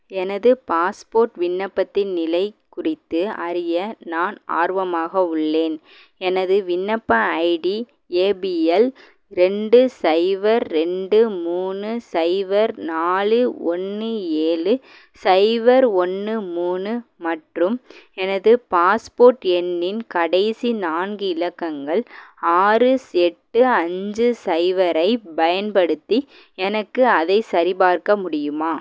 எனது பாஸ்போட் விண்ணப்பத்தின் நிலை குறித்து அறிய நான் ஆர்வமாக உள்ளேன் எனது விண்ணப்ப ஐடி ஏ பி எல் ரெண்டு சைபர் ரெண்டு மூணு சைபர் நாலு ஒன்று ஏழு சைபர் ஒன்று மூணு மற்றும் எனது பாஸ்போட் எண்ணின் கடைசி நான்கு இலக்கங்கள் ஆறு எட்டு அஞ்சு சைபரை பயன்படுத்தி எனக்கு அதை சரிபார்க்க முடியுமா